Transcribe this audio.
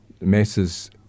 masses